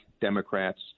Democrats